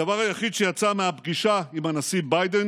הדבר היחיד שיצא מהפגישה עם הנשיא ביידן